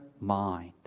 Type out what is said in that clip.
mind